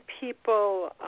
people